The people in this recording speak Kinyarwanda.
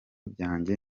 byanjye